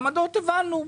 עמדות, הבנו.